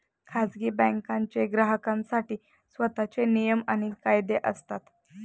खाजगी बँकांचे ग्राहकांसाठी स्वतःचे नियम आणि कायदे असतात